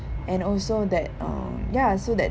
and also that um ya so that